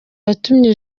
yatumye